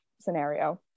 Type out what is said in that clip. scenario